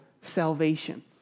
salvation